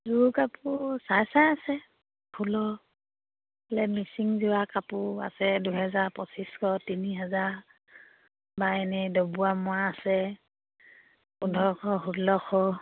যোৰ কাপোৰ চাই চাই আছে ফুলৰ বোলে মিচিং যোৰা কাপোৰ আছে দুহেজাৰ পঁচিছশ তিনি হেজাৰ বা এনেই ডবোৱা মৰা আছে পোন্ধৰশ ষোল্লশ